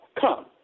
come